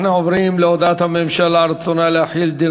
אנחנו עוברים להודעת הממשלה על רצונה להחיל דין